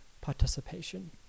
participation